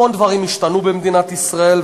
המון דברים השתנו במדינת ישראל,